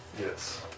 Yes